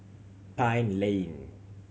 Pine Lane